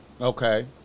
Okay